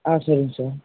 ஆ சரிங்க சார்